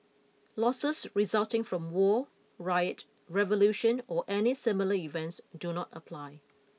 losses resulting from war riot revolution or any similar events do not apply